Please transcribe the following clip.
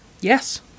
Yes